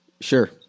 Sure